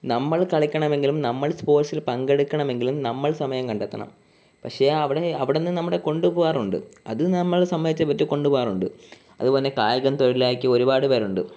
നമ്മളൾ കളിക്കണമെങ്കിലും നമ്മൾ സ്പോർട്സിൽ പങ്കെടുക്കണമെങ്കിലും നമ്മൾ സമയം കണ്ടെത്തണം പക്ഷേ അവിടെ അവിടെ നിന്ന് നിന്ന് നമ്മളെ കൊണ്ടുപോകാറുണ്ട് അത് നമ്മൾ സമ്മതിച്ചേ പറ്റു കൊണ്ടുപോകാറുണ്ട് അതുപോലെ കായികം തൊഴിലാക്കിയ ഒരുപാട് പേരുണ്ട്